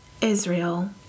Israel